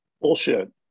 Bullshit